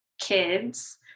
kids